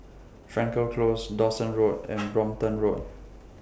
Frankel Close Dawson Road and Brompton Road